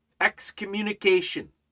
excommunication